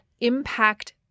impact